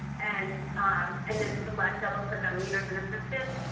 and and then so like double-click on leaders and assistants.